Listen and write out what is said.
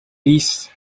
least